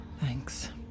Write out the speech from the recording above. Thanks